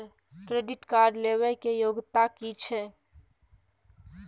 Credit card लेबै के योग्यता कि छै?